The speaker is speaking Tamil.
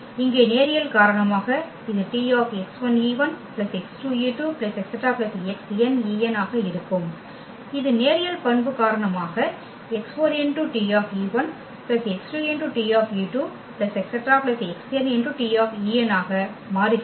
இங்கே நேரியல் காரணமாக இது T x1e1 x2e2 ⋯ xn en ஆக இருக்கும் இது நேரியல் பண்பு காரணமாக x1T x2T ⋯ xnT ஆக மாறுகிறது